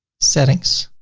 settings.